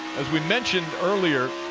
as we mentioned earlier,